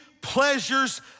pleasures